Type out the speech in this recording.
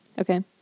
Okay